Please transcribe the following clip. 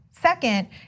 Second